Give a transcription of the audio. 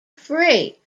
free